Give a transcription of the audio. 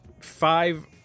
five